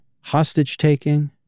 hostage-taking